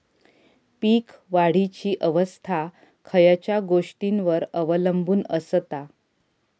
पीक वाढीची अवस्था खयच्या गोष्टींवर अवलंबून असता?